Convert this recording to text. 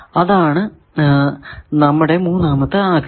അതാണ് നമ്മുടെ മൂന്നാമത്തെ ആഗ്രഹം